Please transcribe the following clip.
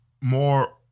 more